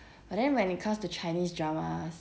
but then when it comes to chinese dramas